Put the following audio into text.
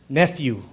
nephew